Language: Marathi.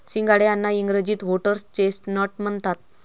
सिंघाडे यांना इंग्रजीत व्होटर्स चेस्टनट म्हणतात